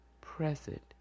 present